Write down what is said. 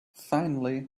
finally